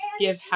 give